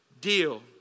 deal